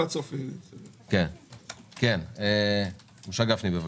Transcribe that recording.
משה גפני, בבקשה.